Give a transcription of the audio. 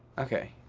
okay,